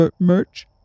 merch